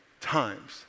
times